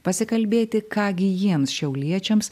pasikalbėti ką gi jiems šiauliečiams